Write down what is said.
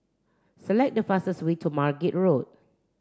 select the fastest way to Margate Road